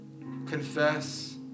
Confess